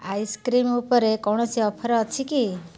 ice cream ଉପରେ କୌଣସି offer ଅଛି କି